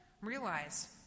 Realize